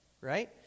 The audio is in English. right